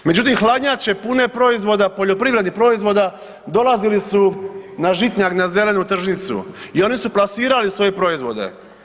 Međutim, hladnjače pune proizvoda, poljoprivrednih proizvoda dolazili su na Žitnjak na Zelenu tržnicu i oni su plasirali svoje proizvode.